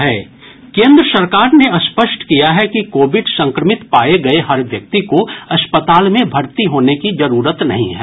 केन्द्र सरकार ने स्पष्ट किया है कि कोविड संक्रमित पाए गए हर व्यक्ति को अस्पताल में भर्ती होने की जरूरत नहीं है